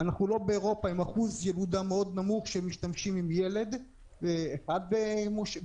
אנחנו לא באירופה עם אחוז ילודה מאוד נמוך כאשר נוסעים עם ילד אחד ברכב.